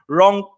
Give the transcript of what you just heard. Wrong